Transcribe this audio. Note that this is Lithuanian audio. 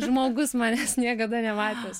žmogus manęs niekada nematęs